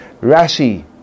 Rashi